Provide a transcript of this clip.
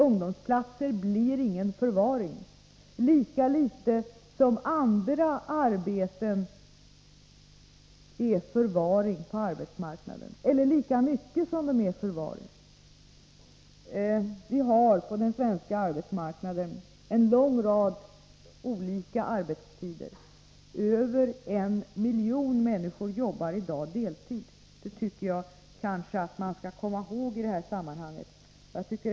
Ungdomsplatser innebär inte någon förvaring — inte mer än andra anställningar på arbetsmarknaden gör det. Vi har en lång rad olika arbetstider på den svenska arbetsmarknaden. Över en miljon människor arbetar i dag på deltid. Det tycker jag att man bör komma ihåg i det här sammanhanget.